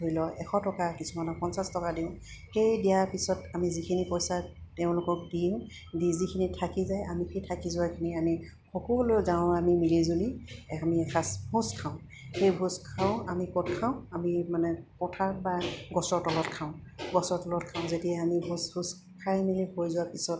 ধৰি লওক এশ টকা কিছুমানক পঞ্চাছ টকা দিওঁ সেই দিয়াৰ পিছত আমি যিখিনি পইচা তেওঁলোকক দিওঁ দি যিখিনি থাকি যায় আমি সেই থাকি যোৱাখিনি আমি সকলোৱে যাওঁ আমি মিলি জুলি আমি এসাঁজ ভোজ খাওঁ সেই ভোজ খাওঁ আমি ক'ত খাওঁ আমি মানে পথাৰ বা গছৰ তলত খাওঁ গছৰ তলত খাওঁ যেতিয়া আমি ভোজ ভোজ খাই মেলি হৈ যোৱাৰ পিছত